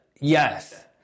yes